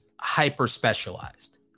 hyper-specialized